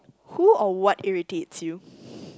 who or what irritates you